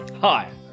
Hi